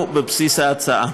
כי כבר שכחנו מה היה בהתחלה,